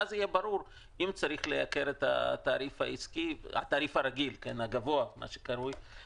ואז יהיה ברור אם צריך לייקר את התעריף הרגיל הגבוה ובכמה.